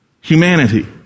humanity